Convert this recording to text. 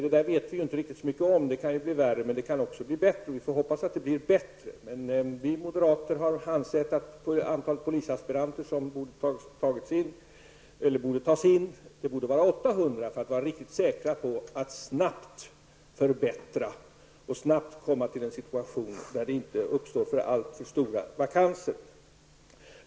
Vi vet inte så mycket om det. Det kan bli värre, men det kan också bli bättre. Vi får hoppas att det blir bättre. Vi moderater anser dock att antalet polisaspiranter borde vara 800, för att man skall kunna vara riktigt säker på att snabbt kunna uppnå en situation där det inte uppstår alltför stora vakanser.